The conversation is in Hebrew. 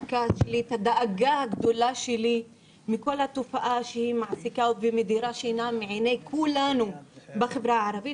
את הדאגה שלי מכל התופעה שמעסיקה ומדירה שינה מעיני כולנו בחברה הערבית,